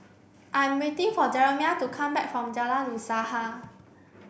I am waiting for Jeremiah to come back from Jalan Usaha